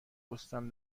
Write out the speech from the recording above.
پستم